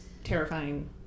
terrifying